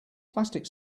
plastic